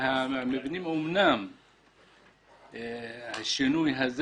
אמנם השינוי הזה